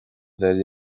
bheith